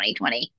2020